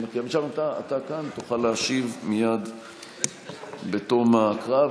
תוכל להשיב מייד בתום ההקראה,